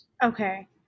Okay